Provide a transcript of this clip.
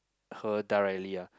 her directly ah